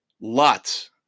Lots